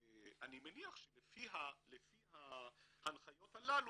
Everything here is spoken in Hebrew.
אני מניח שלפי ההנחיות הללו,